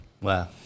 Wow